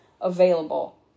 available